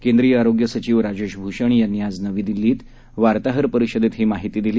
केंद्रीय आरोग्य सचिव राजेश भूषण यांनी आज नवी दिल्ली वार्ताहर परिषदेत ही माहिती दिली